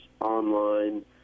online